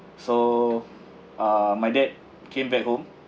so uh my dad came back home